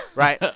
right?